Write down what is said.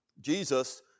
Jesus